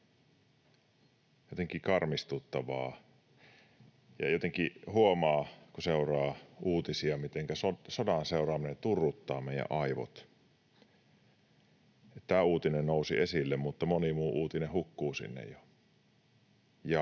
Jotenkin karmistuttavaa. Jotenkin huomaa, kun seuraa uutisia, mitenkä sodan seuraaminen turruttaa meidän aivomme. Tämä uutinen nousi esille, mutta moni muu uutinen sinne